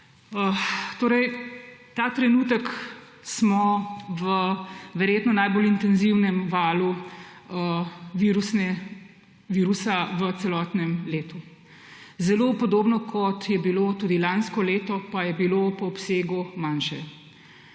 Ta trenutek smo v verjetno najbolj intenzivnem valu virusa v celotnem letu. Zelo podobno, kot je bilo tudi lansko leto, pa je bilo po obsegu manjše,